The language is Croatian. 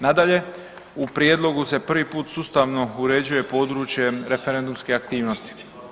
Nadalje, u prijedlogu se prvi put sustavno uređuje područje referendumske aktivnosti.